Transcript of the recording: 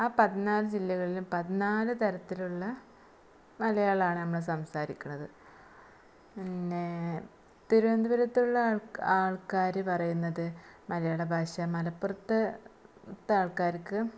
ആ പതിനാല് ജില്ലകളിലും പതിനാല് തരത്തിലുള്ള മലയാളമാണ് നമ്മൾ സംസാരിക്കുന്നത് പിന്നേ തിരുവനന്തപുരത്തുള്ള ആൾക്കാർ പറയുന്നത് മലയാള ഭാഷ മലപ്പുറത്തെ ആൾക്കാർക്ക്